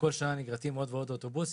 ובכל שנה נגרטים עוד ועוד אוטובוסים.